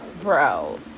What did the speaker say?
bro